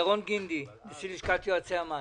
ירון גינדי, נשיא לשכת יועצי המס.